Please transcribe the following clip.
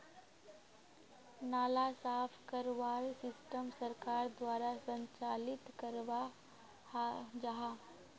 नाला साफ करवार सिस्टम सरकार द्वारा संचालित कराल जहा?